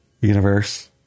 universe